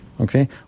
okay